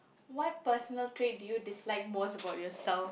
what personal trait do you dislike most about yourself